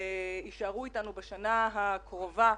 יישארו אותנו בשנה הקרובה,